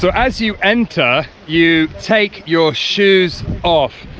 so as you enter, you take your shoes off,